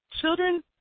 children